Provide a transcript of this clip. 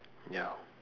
ya